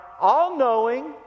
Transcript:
all-knowing